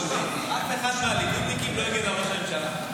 אף אחד מהליכודניקים לא הגן על ראש הממשלה.